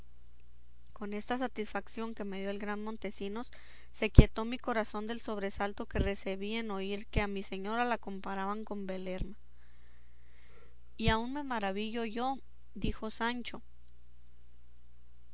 con esta satisfación que me dio el gran montesinos se quietó mi corazón del sobresalto que recebí en oír que a mi señora la comparaban con belerma y aun me maravillo yo dijo sancho